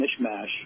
mishmash